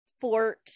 fort